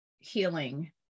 healing